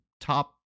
top